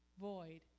void